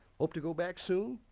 hope to go back soon.